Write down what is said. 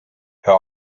hör